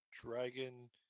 dragon